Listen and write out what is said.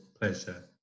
pleasure